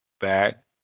back